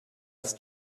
ist